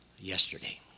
yesterday